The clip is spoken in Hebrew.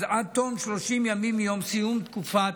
עד תום 30 ימים מיום סיום תקופת